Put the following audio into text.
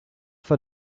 for